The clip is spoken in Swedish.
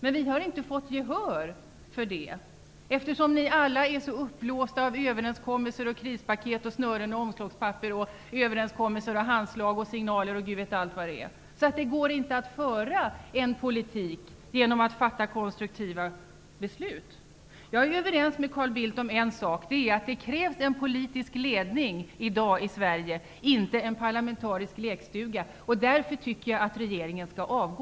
Vi har dock inte fått gehör för detta, eftersom ni alla är så uppblåsta av krispaket -- med snören och omslagspapper --, överenskommelser, handslag, signaler osv. att det inte går att föra en politik på grundval av konstruktiva beslut. Jag är överens med Carl Bildt om en sak, att det i dag krävs en politisk ledning i Sverige, inte en parlamentarisk lekstuga, och därför tycker jag att regeringen skall avgå.